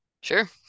Sure